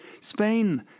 Spain